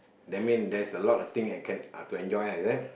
that mean there's a lot of thing I can uh to enjoy lah is it